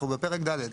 אנחנו בפרק ד'.